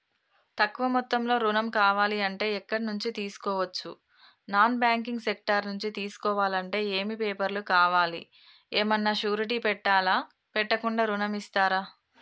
తక్కువ మొత్తంలో ఋణం కావాలి అంటే ఎక్కడి నుంచి తీసుకోవచ్చు? నాన్ బ్యాంకింగ్ సెక్టార్ నుంచి తీసుకోవాలంటే ఏమి పేపర్ లు కావాలి? ఏమన్నా షూరిటీ పెట్టాలా? పెట్టకుండా ఋణం ఇస్తరా?